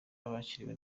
bakiriwe